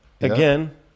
again